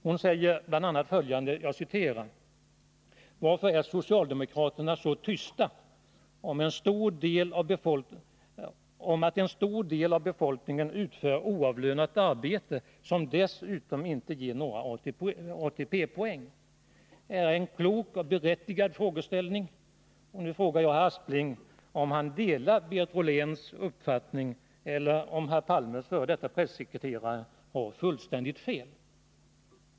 Hon säger bl.a. följande: Varför är socialdemokraterna så tysta om att en stor del av befolkningen utför oavlönat arbete som dessutom inte ger några ATP-poäng? Det är en klok och berättigad frågeställning, och nu frågar jag herr Aspling om han delar Berit Rolléns uppfattning. Eller har Olof Palmes f. d. pressekreterare fullständigt fel?